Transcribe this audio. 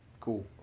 cool